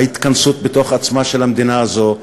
ההתכנסות בתוך עצמה של המדינה הזאת,